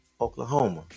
Oklahoma